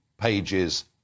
pages